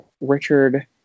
Richard